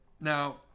Now